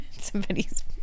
somebody's